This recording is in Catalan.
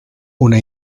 una